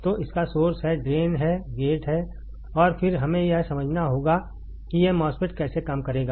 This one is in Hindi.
तो इसका सोर्स है ड्रेन है गेट है और फिर हमें यह समझना होगा कि यह MOSFET कैसे काम करेगा